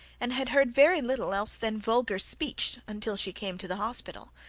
and had heard very little else than vulgar speech until she came to the hospital.